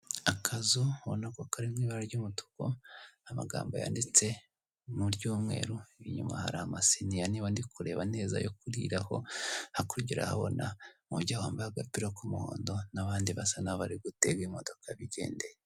Akazu ubona ko kari mu ibara ry'umutuku amagambo yanditse mu rw'umweru inyuma hari amasiniya niba ndikureba neza yo kuriraho hakurya urahabona umubyeyi wambaye agapira k'umuhondo n'abandi basa naho barigutega imodoka bigendeye.